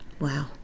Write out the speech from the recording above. wow